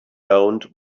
owned